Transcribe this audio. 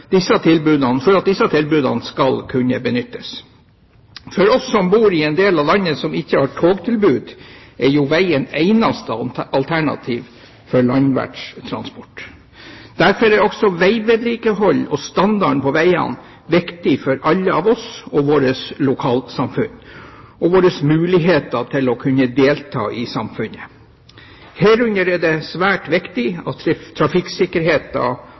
disse tilbudene skal kunne benyttes. For oss som bor i en del av landet som ikke har togtilbud, er jo vegen eneste alternativ for landverts transport. Derfor er også vegvedlikeholdet og standarden på vegene viktig for oss alle og våre lokalsamfunn og for vår mulighet til å kunne delta i samfunnet. Herunder er det svært viktig at